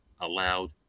allowed